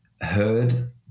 heard